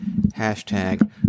hashtag